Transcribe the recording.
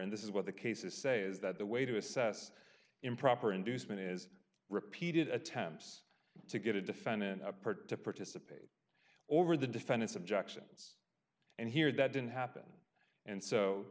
and this is what the cases say is that the way to assess improper inducement is repeated attempts to get a defendant apart to put over the defendant's objections and here that didn't happen and so